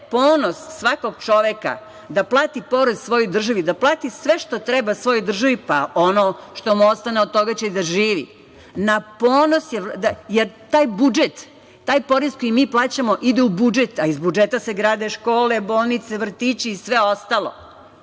ponos svakog čoveka da plati porez svojoj državi, da plati sve što treba svojoj državi, pa ono što mu ostane, od toga će i da živi. Jer, taj porez koji mi plaćamo ide u budžet, a iz budžeta se rade škole, bolnice, vrtići i sve ostalo. Koliko